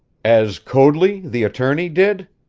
as coadley, the attorney, did?